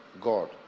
God